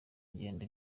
ingendo